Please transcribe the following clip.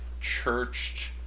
churched